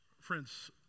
Friends